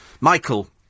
Michael